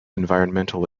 environmental